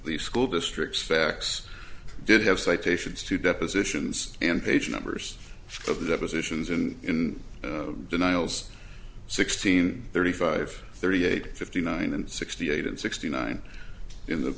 leave school districts facts did have citations to depositions and page numbers of the depositions and in denials sixteen thirty five thirty eight fifty nine and sixty eight and sixty nine in the